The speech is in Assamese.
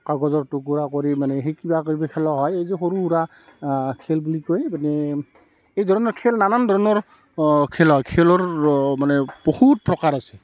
কাগজৰ টুকুৰা কৰি মানে সেই কিবাকিবি খেলা হয় এই যে সৰু সুৰা খেল বুলি কয় মানে এই ধৰণৰ খেল নানান ধৰণৰ খেলা খেলৰ মানে বহুত প্ৰকাৰ আছে